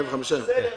בסדר.